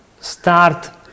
start